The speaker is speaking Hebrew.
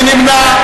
מי נמנע?